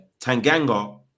Tanganga